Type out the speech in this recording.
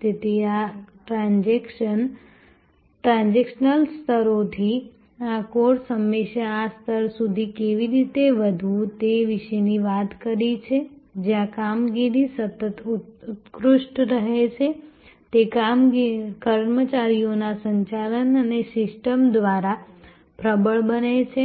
તેથી આ ટ્રાન્ઝેક્શનલ સ્તરોથી આ કોર્સે હંમેશા આ સ્તર સુધી કેવી રીતે વધવું તે વિશે વાત કરી છે જ્યાં કામગીરી સતત ઉત્કૃષ્ટ રહે છે તે કર્મચારીઓના સંચાલન અને સિસ્ટમ દ્વારા પ્રબળ બને છે